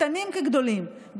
קטנים כגדולים,